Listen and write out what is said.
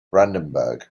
brandenburg